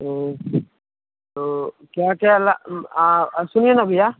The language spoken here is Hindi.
तो क्या क्या ला और सुनिए ना भैया